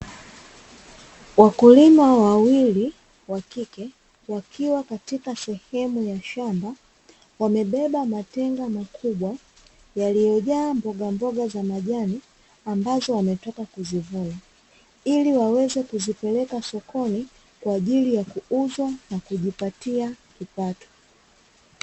Wakulima wawili wa kike wakiwa katika sehemu ya Shamba, wamebeba matenga makubwa yaliyojaa mbogamboga za majani ambazo wametoka kuzivuna, ili waweze kizipeleka sokoni kwa ajili ya kuuza na kujipatia kipato.